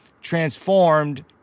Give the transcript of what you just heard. transformed